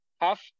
half